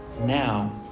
now